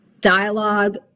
Dialogue